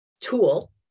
tool